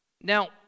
Now